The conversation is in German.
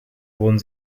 wurden